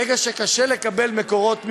ברגע שקשה לקבל מקורות מימון,